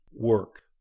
work